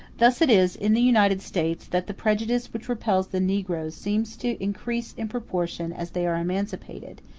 thus it is, in the united states, that the prejudice which repels the negroes seems to increase in proportion as they are emancipated,